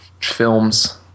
films